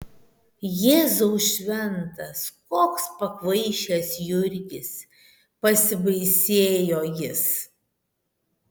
jėzau šventas koks pakvaišęs jurgis pasibaisėjo jis